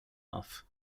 off